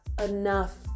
enough